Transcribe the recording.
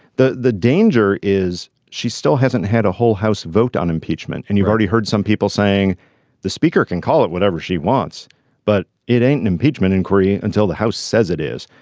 the the danger is she still hasn't had a whole house vote on impeachment and you've already heard some people saying the speaker can call it whatever she wants but it ain't an impeachment inquiry until the house says it is.